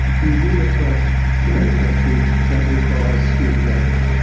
you will attract manufacturing that requires skilled labour.